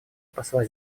посла